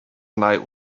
night